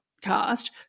cast